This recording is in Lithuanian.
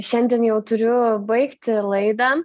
šiandien jau turiu baigti laidą